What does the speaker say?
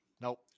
Nope